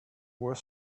were